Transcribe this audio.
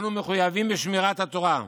אנחנו מחויבים בשמירת התורה,